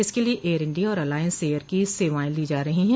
इसके लिए Air India और अलायंस एयर की सेवाएं ली जा रही हैं